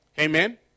Amen